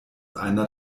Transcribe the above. einer